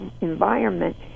environment